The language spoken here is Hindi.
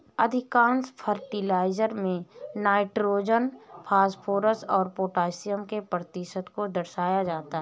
अधिकांश फर्टिलाइजर में नाइट्रोजन, फॉस्फोरस और पौटेशियम के प्रतिशत को दर्शाया जाता है